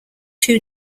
two